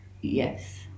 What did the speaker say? Yes